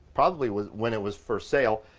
probably was when it was for sale,